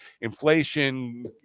inflation